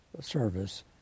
service